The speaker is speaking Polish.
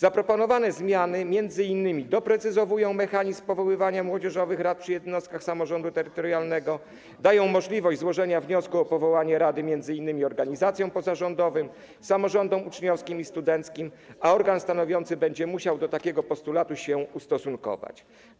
Zaproponowane zmiany m.in. doprecyzowują mechanizm powoływania młodzieżowych rad przy jednostkach samorządu terytorialnego, dają możliwość złożenia wniosku o powołanie rady m.in. organizacjom pozarządowym i samorządom uczniowskim i studenckim, przy czym organ stanowiący będzie musiał ustosunkować się do takiego postulatu,